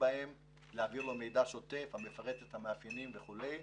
בהם להעביר לו מידע שוטף המפרט את המאפיינים של נפגעי החרדה;